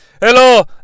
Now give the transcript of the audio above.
Hello